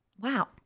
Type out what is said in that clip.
Wow